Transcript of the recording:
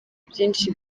byinshi